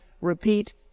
repeat